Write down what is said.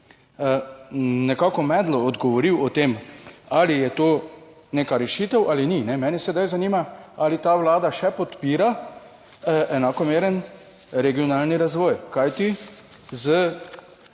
nekako medlo odgovoril o tem, ali je to neka rešitev ali ni. Mene sedaj zanima: Ali ta vlada še podpira enakomeren regionalni razvoj? Kajti z